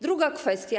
Druga kwestia.